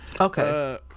Okay